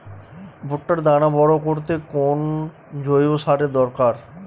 ভুট্টার দানা বড় করতে কোন জৈব সারের দরকার?